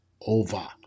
over